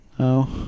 No